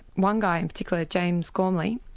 one guy in particular, james gormley,